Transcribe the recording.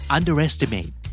Underestimate